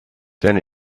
then